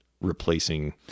replacing